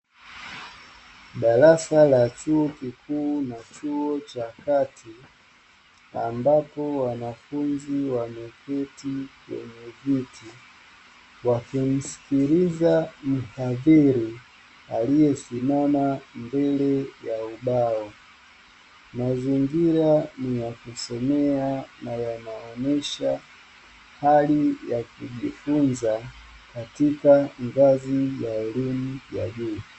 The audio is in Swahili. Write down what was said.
Darasa la chuo kikuu na chuo cha kati, ambapo wanafunzi wameketi kwenye viti, wakimsikiliza mhadhiri aliyesimama mbele ya ubao, mazingira ni ya kusomea na yanaonyesha hali ya kujifunza katika ngazi ya elimu ya juu.